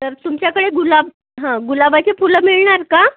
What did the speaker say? तर तुमच्याकडे गुलाब हं गुलाबाचे फुलं मिळणार का